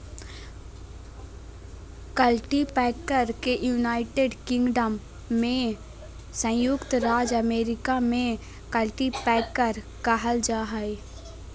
cultipacker के United Kingdom में संयुक्त राज्य अमेरिका में कल्टीपैकर कहल जा हइ